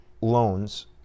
loans